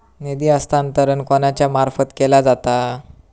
निधी हस्तांतरण कोणाच्या मार्फत केला जाता?